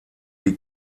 die